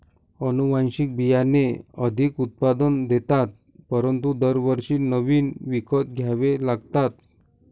अनुवांशिक बियाणे अधिक उत्पादन देतात परंतु दरवर्षी नवीन विकत घ्यावे लागतात